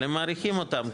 אבל הם מאריכים אותם,